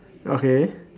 okay